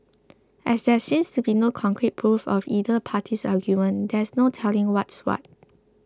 as there seems to be no concrete proof of either party's argument there's no telling what's what